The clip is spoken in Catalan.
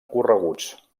correguts